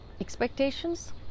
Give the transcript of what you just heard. expectations